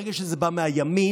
ברגע שזה בא מהימין,